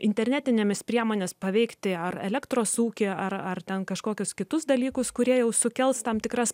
internetinėmis priemonės paveikti ar elektros ūkį ar ar ten kažkokius kitus dalykus kurie jau sukels tam tikras